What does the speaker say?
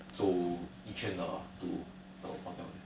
走一圈的 lor to the hotel there